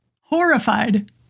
Horrified